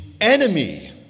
enemy